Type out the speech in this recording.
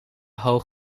hoog